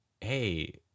hey